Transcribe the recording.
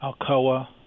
Alcoa